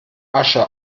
asche